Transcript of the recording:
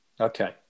Okay